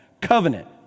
covenant